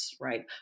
right